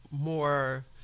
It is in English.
more